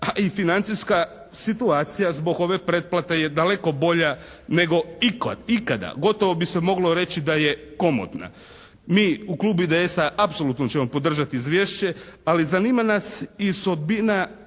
a i financijska situacija zbog ove pretplate je daleko bolja nego ikad, ikada. Gotovo bi se moglo reći da je komotna. Mi u Klubu IDS-a apsolutno ćemo podržati izvješće, ali zanima nas i sudbina